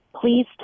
please